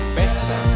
better